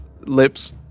lips